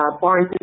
Barnes &